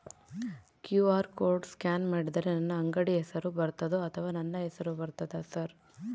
QR code scan ಮಾಡಿದರೆ ನನ್ನ ಅಂಗಡಿ ಹೆಸರು ಬರ್ತದೋ ಅಥವಾ ನನ್ನ ಹೆಸರು ಬರ್ತದ ಸರ್?